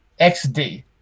XD